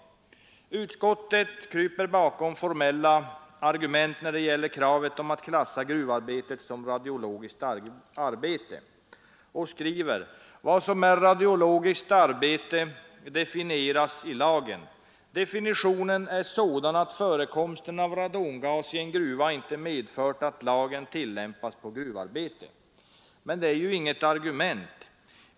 Utskottet kryper bakom formella argument när det gäller kravet om att klassa gruvarbetet som radiologiskt arbete och skriver: ”Vad som är radiologiskt arbete definieras i lagen. Definitionen är sådan att förekomsten av radongas i en gruva inte medfört att lagen tillämpas på gruvarbete.” Men det är ju inget argument.